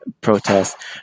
protests